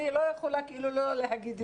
אני לא יכולה לא להגיד את זה.